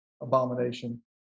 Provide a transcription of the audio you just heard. abomination